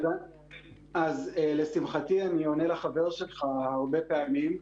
אז, לשמחתי, אני עונה לחבר שלך הרבה פעמים,